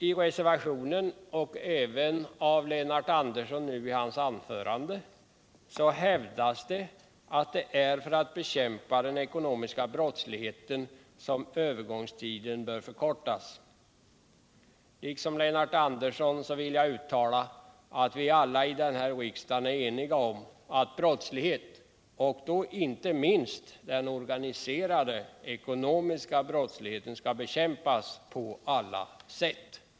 I reservationen hävdas liksom även Lennart Andersson nu gör i sitt anförande att det är för att bekämpa den ekonomiska brottsligheten som övergångstiden bör avkortas. Liksom Lennart Andersson vill jag uttala att vi alla i riksdagen är eniga om att brottslighet och då inte minst den organiserade ekonomiska brottsligheten skall bekämpas på alla sätt.